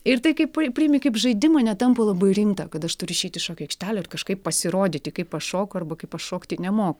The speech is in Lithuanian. ir tai kaip priimi kaip žaidimą netampa labai rimta kad aš turiu išeit į šokių aikštelę ir kažkaip pasirodyti kaip aš šoku arba kaip aš šokti nemoku